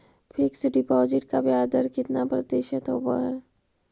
Fix deposit का ब्याज दर कितना प्रतिशत होब है?